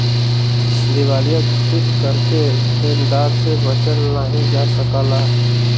दिवालिया घोषित करके देनदार से बचल नाहीं जा सकला